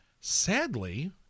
Sadly